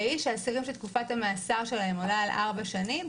והיא שאסירים שתקופת המאסר שלהם עולה על ארבע שנים,